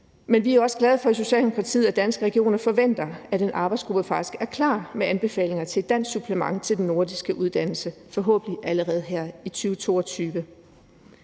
men vi er også glade for i Socialdemokratiet, at Danske Regioner forventer, at en arbejdsgruppe faktisk er klar med anbefalinger til et dansk supplement til den nordiske uddannelse, forhåbentlig allerede her i 2022.